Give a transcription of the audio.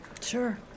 Sure